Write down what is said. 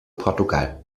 portugal